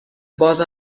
باز